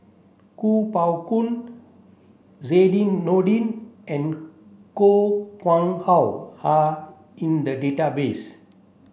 Kuo Pao Kun Zainudin Nordin and Koh Nguang How are in the database